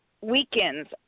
weekends